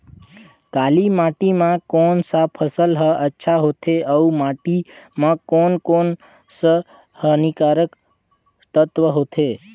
काली माटी मां कोन सा फसल ह अच्छा होथे अउर माटी म कोन कोन स हानिकारक तत्व होथे?